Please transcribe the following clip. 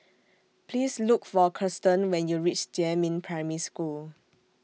Please Look For Kirsten when YOU REACH Jiemin Primary School